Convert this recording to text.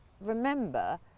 remember